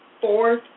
fourth